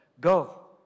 go